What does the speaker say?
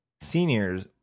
Seniors